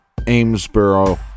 Amesboro